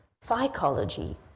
psychology